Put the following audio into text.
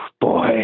Boy